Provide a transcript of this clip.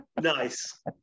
Nice